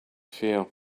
feel